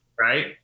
Right